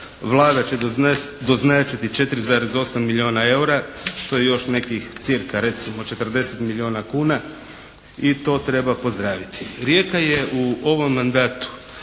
Vlada će doznačiti 4,8 milijuna eura, što je još nekih cirka 40 milijuna kuna i to treba pozdraviti. Rijeka je u ovom mandatu